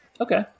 Okay